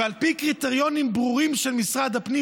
ועל פי קריטריונים ברורים של משרד הפנים